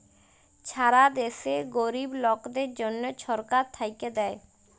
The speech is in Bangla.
ছারা দ্যাশে গরিব লকদের জ্যনহ ছরকার থ্যাইকে দ্যায়